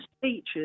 features